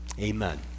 Amen